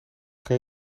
kan